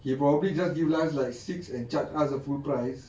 he probably just asked like six enjoyed and charged us a full price